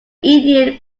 indian